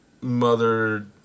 mother